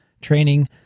training